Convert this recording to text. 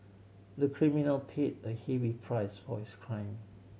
the criminal paid a heavy price for his crime